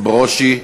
ברושי?